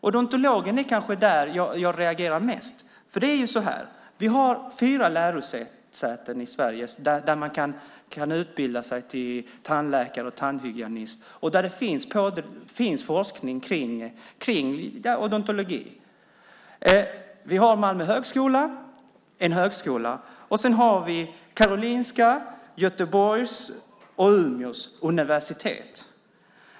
Jag reagerar kanske mest när det gäller odontologen. Vi har fyra lärosäten i Sverige där man kan utbilda sig till tandläkare och tandhygienist och där det finns forskning om odontologi. Vi har Malmö högskola, som är en högskola, Karolinska och Göteborgs och Umeås universitet.